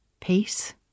Peace